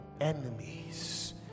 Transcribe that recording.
enemies